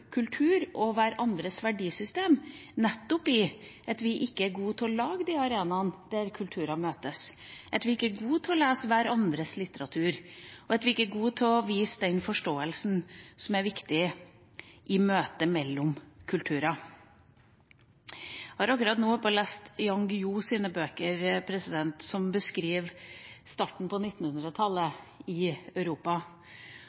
kultur og hverandres verdisystem, nettopp i at vi ikke er gode til å lage de arenaene der kulturer møtes, at vi ikke er gode til å lese hverandres litteratur, og at vi ikke er gode til å vise den forståelsen som er viktig i møtet mellom kulturer. Jeg har akkurat holdt på med å lese Jan Guillous bøker som beskriver starten på